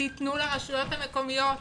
תנו לרשויות המקומיות,